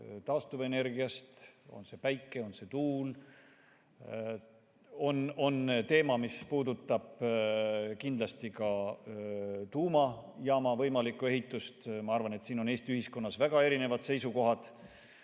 taastuvenergiat, on see päike, on see tuul. See on teema, mis puudutab kindlasti ka tuumajaama võimalikku ehitust. Ma arvan, et siin on Eesti ühiskonnas väga erinevad seisukohad.